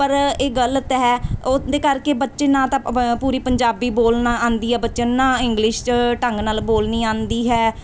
ਪਰ ਇਹ ਗਲਤ ਹੈ ਉਹਦੇ ਕਰਕੇ ਬੱਚੇ ਨਾ ਤਾਂ ਪੂਰੀ ਪੰਜਾਬੀ ਬੋਲਣਾ ਆਉਂਦੀ ਆ ਬੱਚਿਆਂ ਨੂੰ ਨਾ ਇੰਗਲਿਸ਼ 'ਚ ਢੰਗ ਨਾਲ ਬੋਲਣੀ ਆਉਂਦੀ ਹੈ